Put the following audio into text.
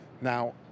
Now